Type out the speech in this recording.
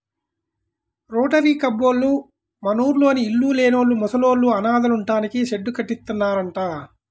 rotary కబ్బోళ్ళు మనూర్లోని ఇళ్ళు లేనోళ్ళు, ముసలోళ్ళు, అనాథలుంటానికి షెడ్డు కట్టిత్తన్నారంట